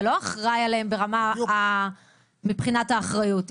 אתה לא אחראי עליהם מבחינת האחריות.